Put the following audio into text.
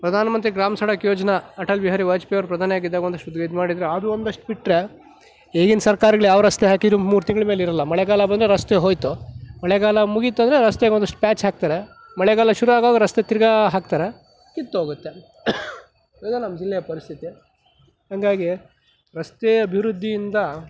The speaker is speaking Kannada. ಪ್ರಧಾನಮಂತ್ರಿ ಗ್ರಾಮ ಸಡಕ್ ಯೋಜನಾ ಅಟಲ್ ಬಿಹಾರಿ ವಾಜಪೇಯಿ ಅವರು ಪ್ರಧಾನಿ ಆಗಿದ್ದಾಗ ಒಂದಿಷ್ಟು ಇದು ಮಾಡಿದ್ರು ಅದು ಒಂದಷ್ಟು ಬಿಟ್ರೆ ಈಗಿನ ಸರ್ಕಾರಗಳು ಯಾವ ರಸ್ತೆ ಹಾಕಿದ್ರು ಮೂರು ತಿಂಗಳ ಮೇಲೆ ಇರೋಲ್ಲ ಮಳೆಗಾಲ ಬಂದರೆ ರಸ್ತೆ ಹೋಯಿತು ಮಳೆಗಾಲ ಮುಗೀತಂದ್ರೆ ರಸ್ತೆಗೆ ಒಂದಿಷ್ಟು ಪ್ಯಾಚ್ ಹಾಕ್ತಾರೆ ಮಳೆಗಾಲ ಶುರು ಆಗೋವಾಗ ರಸ್ತೆಗೆ ತಿರ್ಗ ಹಾಕ್ತಾರೆ ಕಿತ್ತು ಹೋಗುತ್ತೆ ಇದೆ ನಮ್ಮ ಜಿಲ್ಲೆಯ ಪರಿಸ್ಥಿತಿ ಹಾಗಾಗಿ ರಸ್ತೆ ಅಭಿವೃದ್ಧಿಯಿಂದ